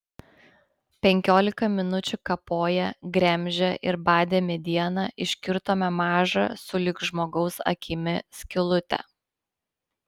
penkiolika minučių kapoję gremžę ir badę medieną iškirtome mažą sulig žmogaus akimi skylutę